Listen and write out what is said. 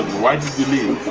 why did you leave?